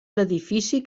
l’edifici